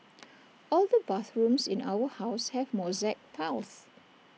all the bathrooms in our house have mosaic tiles